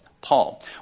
Paul